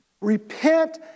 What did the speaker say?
Repent